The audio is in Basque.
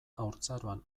haurtzaroan